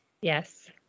Yes